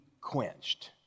quenched